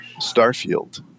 Starfield